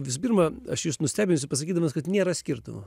visų pirma aš jus nustebinsiu pasakydamas kad nėra skirtumo